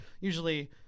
Usually